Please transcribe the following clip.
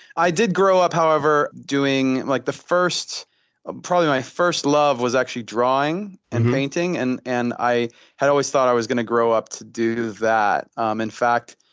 i did grow up however doing like the first ah probably my first love was actually drawing and painting. and and i had always thought i was gonna grow up to do that. um in fact,